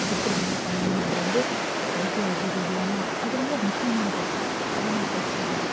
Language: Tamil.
எப்படி என்ன பண்ணணுங்கிறது வந்து சைக்காலஜி ரீதியான அது ரொம்ப முக்கியமானது அதை நான் படிச்சிருக்கேன்